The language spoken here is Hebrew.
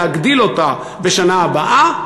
להגדיל אותה בשנה הבאה.